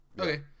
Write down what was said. Okay